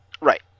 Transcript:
Right